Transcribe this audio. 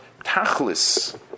Tachlis